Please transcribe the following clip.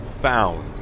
found